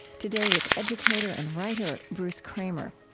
today with educator and writer bruce kramer.